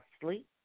sleep